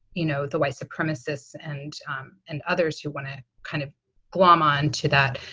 you know, the white supremacists and um and others who want to kind of glom onto that,